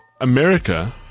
America